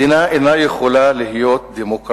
מדינה אינה יכולה להיות דמוקרטית